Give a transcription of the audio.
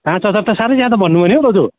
पाँच हजार त साह्रै ज्यादा भन्नुभयो नि हौ दाजु